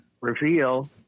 reveal